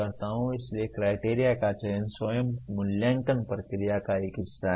इसलिए क्राइटेरिया का चयन स्वयं मूल्यांकन प्रक्रिया का एक हिस्सा है